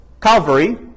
Calvary